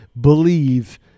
believe